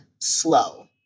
slow